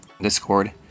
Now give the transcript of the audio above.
Discord